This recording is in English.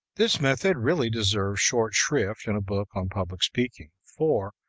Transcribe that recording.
this method really deserves short shrift in a book on public speaking, for,